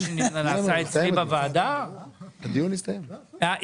אנחנו נמשיך את הדיון לאחר שנקבל את התשובות מהמפקח על הבנקים.